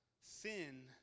sin